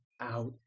out